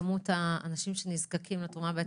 כמות האנשים שנזקקים לתרומה בעצם עולה?